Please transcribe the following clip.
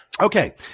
Okay